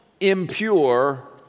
impure